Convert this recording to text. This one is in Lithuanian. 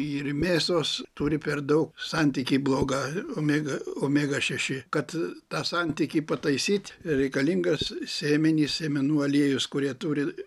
ir mėsos turi per daug santykį blogą omega omega šeši kad tą santykį pataisyt reikalingas sėmenys sėmenų aliejus kurie turi